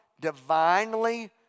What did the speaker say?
divinely